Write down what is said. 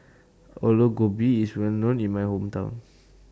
Aloo Gobi IS Well known in My Hometown